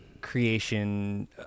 creation